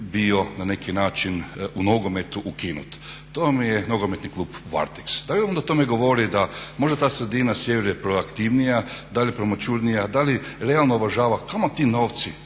bio na neki način u nogometu ukinut? To vam je Nogometni klub Varteks. Da li onda o tome govori da možda ta sredina sjevera je proaktivnija, da li je promućurnija, da li realno uvažava, kamo ti novci,